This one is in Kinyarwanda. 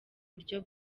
buryo